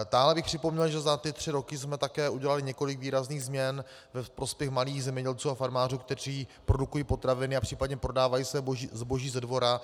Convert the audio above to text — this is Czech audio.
Dále bych připomněl, že za tři roky jsme také udělali několik výrazných změn ve prospěch malých zemědělců a farmářů, kteří produkují potraviny a případně prodávají své zboží ze dvora.